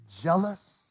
jealous